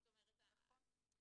נכון.